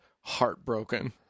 heartbroken